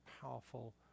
powerful